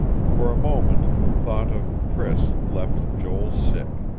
for a moment, thought of priss left joel sick.